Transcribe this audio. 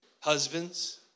husbands